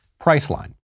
Priceline